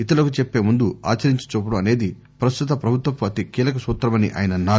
ఇతరులకు చెప్పే ముందు ఆచరించి చూపడం అనేది ప్రస్తుత ప్రభుత్వపు అతి కీలక సూత్రమని ఆయన అన్నారు